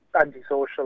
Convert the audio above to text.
antisocial